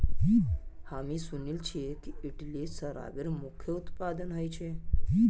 हामी सुनिल छि इटली शराबेर मुख्य उत्पादक ह छिले